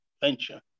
venture